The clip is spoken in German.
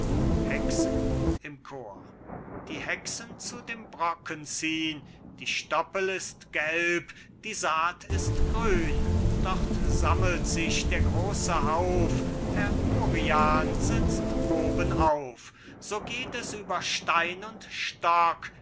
hexen im chor die hexen zu dem brocken ziehn die stoppel ist gelb die saat ist grün dort sammelt sich der große hauf herr urian sitzt oben auf so geht es über stein und stock